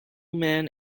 man